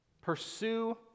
Pursue